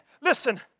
Listen